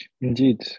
Indeed